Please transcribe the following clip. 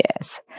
Yes